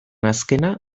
azkena